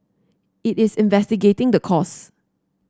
it is investigating the cause